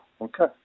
okay